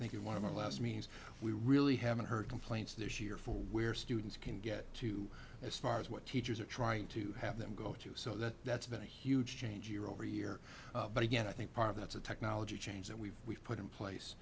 think in one of the last means we really haven't heard complaints this year for where students can get to as far as what teachers are trying to have them go to so that that's been a huge change year over year but again i think part of that's a technology change that we've we've put in